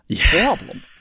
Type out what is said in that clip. Problem